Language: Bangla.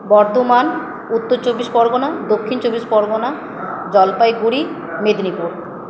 বর্ধমান উত্তর চব্বিশ পরগনা দক্ষিণ চব্বিশ পরগনা জলপাইগুড়ি মেদিনীপুর